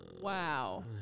Wow